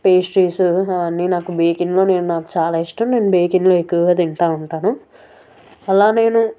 pastries అవన్నీ నాకు బేక్ ఇన్లో నేను నాకు చాలా ఇష్టం నేను బేక్ ఇన్లో తింటూ ఉంటాను అలా నేను